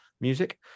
music